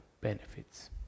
benefits